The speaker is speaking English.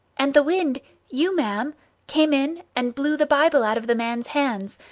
and the wind you, ma'am came in, and blew the bible out of the man's hands,